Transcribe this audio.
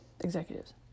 Executives